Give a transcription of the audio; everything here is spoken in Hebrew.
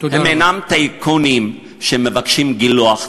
הם אינם טייקונים שמבקשים גילוח,